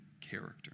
character